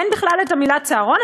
אין בכלל המילה צהרון.